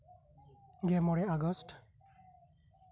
ᱜᱮ ᱢᱚᱬᱮ ᱟᱜᱚᱥᱴ